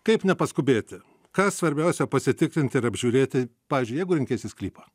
kaip nepaskubėti ką svarbiausia pasitikrinti ir apžiūrėti pavyzdžiui jeigu renkiesi sklypą